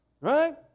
right